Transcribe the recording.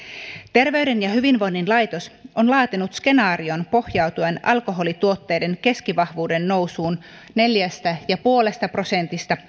terveyden ja hyvinvoinnin laitos on laatinut skenaarion pohjautuen alkoholituotteiden keskivahvuuden nousuun neljästä pilkku viidestä prosentista